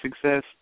success